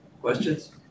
Questions